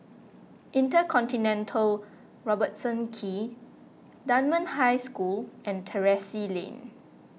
Intercontinental Robertson Quay Dunman High School and Terrasse Lane